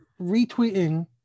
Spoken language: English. retweeting